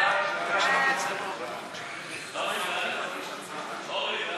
ההצעה להעביר את הצעת חוק הצעת חוק הביטוח הלאומי (תיקון,